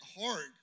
hard